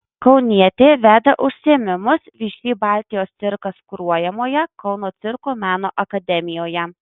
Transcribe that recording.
kaunietė veda užsiėmimus všį baltijos cirkas kuruojamoje kauno cirko meno akademijoje